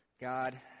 God